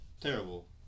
terrible